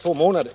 två månader.